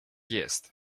jest